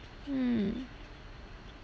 mm